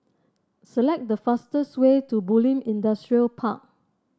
select the fastest way to Bulim Industrial Park